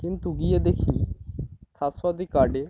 কিন্তু গিয়ে দেখি স্বাস্থসাথী কার্ডে